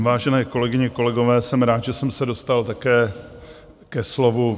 Vážené kolegyně, kolegové, jsem rád, že jsem se dostal také ke slovu.